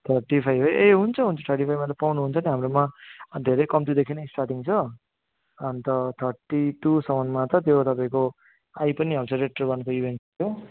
thirty five है ए हुन्छ हुन्छ थर्टी फाइभमा त पाउनुहुन्छ नि हाम्रोमा धेरै कम्तीदेखि नै स्टार्टिङ छ अन्त थर्टी टूसम्ममा त त्यो तपाईँको आई पनि हाल्छ रेट्रो वानको युएनसी त